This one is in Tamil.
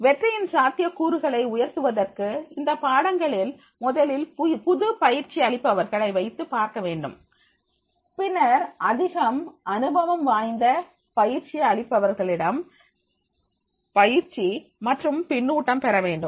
வெற்றியின் சாத்தியக்கூறுகளை உயர்த்துவதற்கு இந்தப் பாடங்களில் முதலில் புது பயிற்சி அளிப்பவர்கள் வைத்து பார்க்க வேண்டும் பின்னர் அதிக அனுபவம் வாய்ந்த பயிற்சி அளிப்பவர் களிடமிருந்து பயிற்சி மற்றும் பின்னூட்டம் பெறவேண்டும்